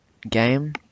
game